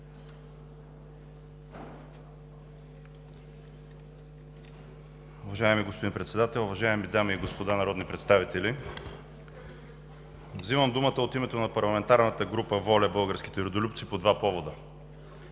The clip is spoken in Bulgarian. Уважаеми господин Председател, уважаеми дами и господа народни представители, взимам думата от името на парламентарната група „ВОЛЯ – Българските Родолюбци“ по два повода.